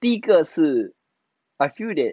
第一个是 I feel that